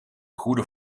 goede